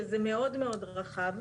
שזה מאוד מאוד רחב,